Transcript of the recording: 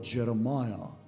Jeremiah